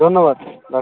ধন্যবাদ রাখছি